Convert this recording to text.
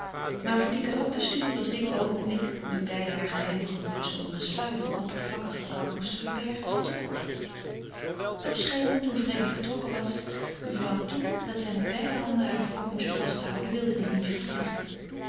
maar voor die karakterstudie was dit oogenblik nu beiden hare geheime gevoelens onder een sluier van oppervlakkigen kout moesten verbergen te kort toch scheen het toen freddy vertrokken was mevrouw toe dat zij met beide handen haar wrok moest vasthouden wilde die niet vervliegen